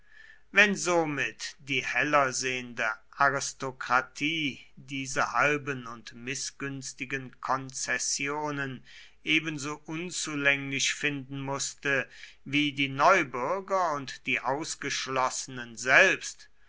wenn somit die heller sehende aristokratie diese halben und mißgünstigen konzessionen ebenso unzulänglich finden mußte wie die neubürger und die ausgeschlossenen selbst